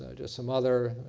ah just some other,